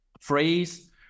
Phrase